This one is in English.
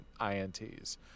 INTs